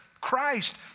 Christ